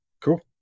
Cool